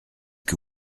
que